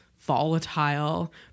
volatile